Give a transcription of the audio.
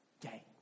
day